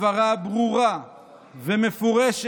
הבהרה ברורה ומפורשת